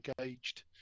engaged